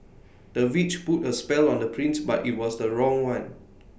the witch put A spell on the prince but IT was the wrong one